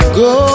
go